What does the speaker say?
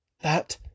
That